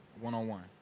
one-on-one